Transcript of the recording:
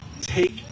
take